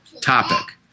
topic